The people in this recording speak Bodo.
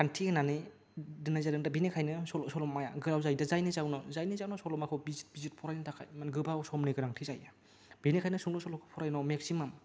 खान्थि होनानै दोननाय जादों दा बिनिखायनो सल'माया गोलाव जायो दा जायनि जाहोनाव सल'माखौ बिजिर बिजिर फरायनो थाखाय गोबाव समनि गोनांथि जायो बेनिखायनि सुंद' सल'खौ फरायनायाव मैक्सिमम